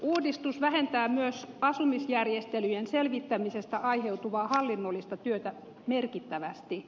uudistus vähentää myös asumisjärjestelyjen selvittämisestä aiheutuvaa hallinnollista työtä merkittävästi